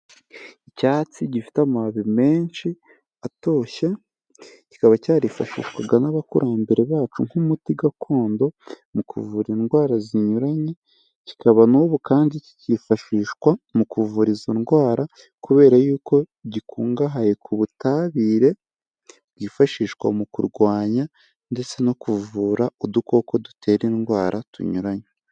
Icyatsi gifite amababi menshi atoshye, kikaba cyarifashishwaga n'abakurambere bacu nk'umuti gakondo mu kuvura indwara zinyuranye, kikaba n'ubu kandi kikifashishwa mu kuvura izo ndwara kubera y'uko gikungahaye ku butabire bwifashishwa mu kurwanya ndetse no kuvura udukoko dutera indwara tunyuranye.